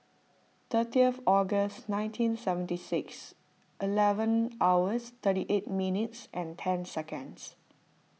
thirtieth August nineteen seventy six eleven hours thirty eight minutes and ten seconds